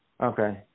Okay